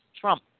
trump